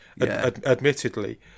admittedly